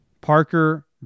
Parker